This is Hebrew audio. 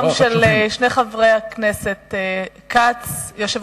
בנושא של התהליך המדיני אין ימין